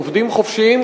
עובדים חופשיים,